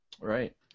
Right